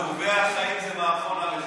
"עלובי החיים" זה מערכון עליכם.